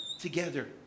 together